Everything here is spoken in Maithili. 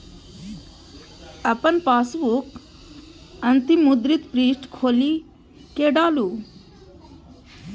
अपन पासबुकक अंतिम मुद्रित पृष्ठ खोलि कें डालू